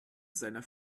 seiner